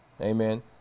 Amen